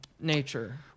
nature